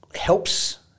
helps